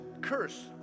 curse